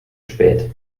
spät